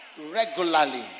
regularly